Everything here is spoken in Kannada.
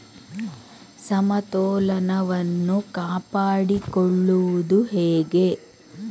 ಸಮತೋಲನವನ್ನು ಕಾಪಾಡಿಕೊಳ್ಳುವುದು ಹೇಗೆ?